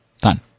Done